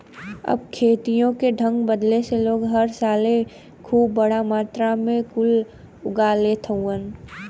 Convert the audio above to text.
अब खेतियों के ढंग बदले से लोग हर साले खूब बड़ा मात्रा मे कुल उगा लेत हउवन